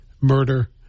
murder